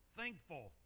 thankful